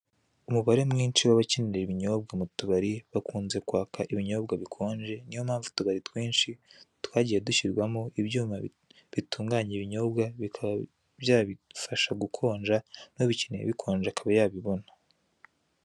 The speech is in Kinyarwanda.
Umubare mwinshi w'abakenera ibinyobwa mu tubari bakunze kwaka ibinyobwa bikonje, niyompamvu utubari twinshi twagiye dushyirwamo ibyuma bitunganya ibinyobwa bikaba byabifasha gukonja, n'ubikeneye bikonje akaba yabibona.